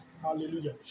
Hallelujah